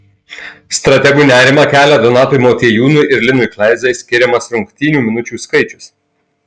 strategui nerimą kelia donatui motiejūnui ir linui kleizai skiriamas rungtynių minučių skaičius